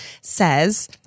says